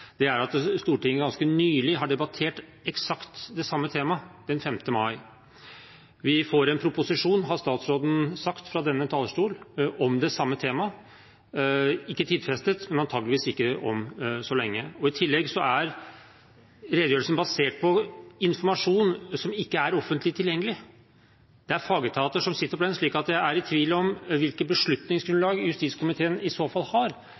presiseringen, er at Stortinget ganske nylig debatterte eksakt det samme tema, den 5. mai. Vi får en proposisjon, har statsråden sagt fra denne talerstol, om det samme tema, ikke tidfestet, men antakeligvis om ikke så lenge. I tillegg er redegjørelsen basert på informasjon som ikke er offentlig tilgjengelig. Det er fagetater som sitter på den, så jeg er i tvil om hvilket beslutningsgrunnlag justiskomiteen i så fall har